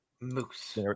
Moose